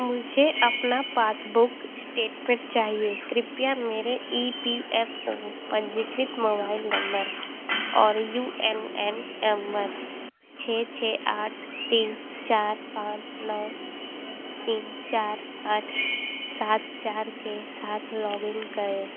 मुझे अपना passbook statement चाहिए कृपया मेरे ई पी एफ़ ओ पंजीकृत मोबाइल नम्बर और U M N M one छः छः आठ तीन चार पाँच नौ तीन चार आठ सात चार के साथ लॉगिन करें